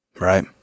Right